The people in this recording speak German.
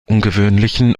ungewöhnlichen